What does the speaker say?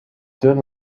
dun